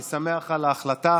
אני שמח על ההחלטה,